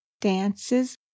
dances